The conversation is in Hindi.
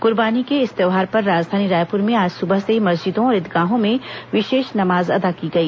कूर्बानी के इस त्यौहार पर राजधानी रायप्र में आज सुबह से ही मस्जिदों और ईदगाहों में विशेष नमाज अदा की गई